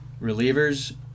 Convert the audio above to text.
Relievers